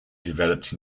developed